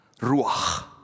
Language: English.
Ruach